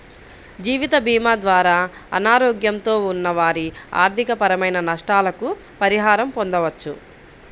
జీవితభీమా ద్వారా అనారోగ్యంతో ఉన్న వారి ఆర్థికపరమైన నష్టాలకు పరిహారం పొందవచ్చు